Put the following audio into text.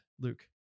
Luke